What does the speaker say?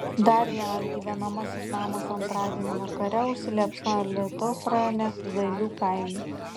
dar vienas gyvenamasis namas antradienį vakare užsiliepsnojo alytaus rajone zailių kaime